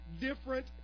different